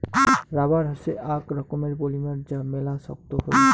rubber হসে আক রকমের পলিমার যা মেলা ছক্ত হই